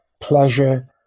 pleasure